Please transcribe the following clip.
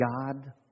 God